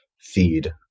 feed